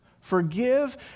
Forgive